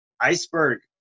Iceberg